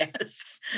Yes